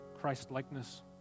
Christ-likeness